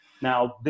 Now